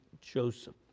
Joseph